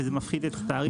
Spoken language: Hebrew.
וזה מפחית את התעריף.